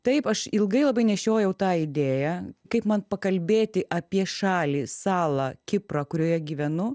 taip aš ilgai labai nešiojau tą idėją kaip man pakalbėti apie šalį salą kiprą kurioje gyvenu